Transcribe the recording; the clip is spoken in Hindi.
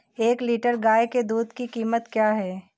एक लीटर गाय के दूध की कीमत क्या है?